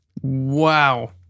Wow